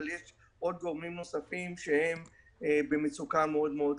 אבל יש עוד גורמים נוספים שהם במצוקה מאוד מאוד קשה.